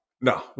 No